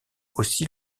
aussi